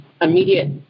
immediate